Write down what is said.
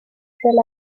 del